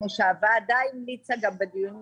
כמו שהוועדה המליצה בדיונים